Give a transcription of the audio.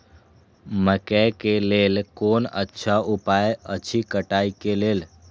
मकैय के लेल कोन अच्छा उपाय अछि कटाई के लेल?